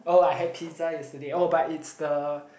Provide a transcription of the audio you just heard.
oh I had pizza yesterday oh but it's the